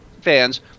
fans